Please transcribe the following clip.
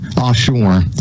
offshore